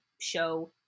show